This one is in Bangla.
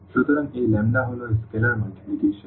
সুতরাং এই হল স্কেলার মাল্টিপ্লিকেশন